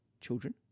children